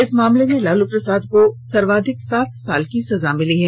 इस मामले में लालू प्रसाद को सर्वाधिक सात साल की सजा मिली है